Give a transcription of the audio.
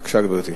בבקשה, גברתי.